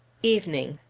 evening.